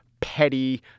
petty